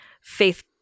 faith